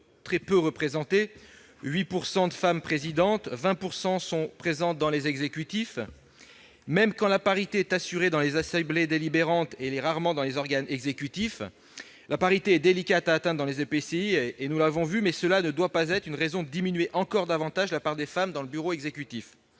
très peu représentées : 8 % en sont présidentes et 20 % sont présentes dans les exécutifs. Même lorsque la parité est assurée dans les assemblées délibérantes, elle l'est rarement dans les organes exécutifs. Elle est délicate à atteindre dans les EPCI, nous l'avons vu, mais cela ne doit pas être une raison de diminuer encore davantage la part de femmes dans le bureau exécutif.